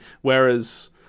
Whereas